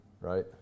right